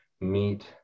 meet